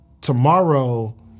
tomorrow